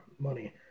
money